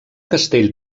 castell